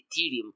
Ethereum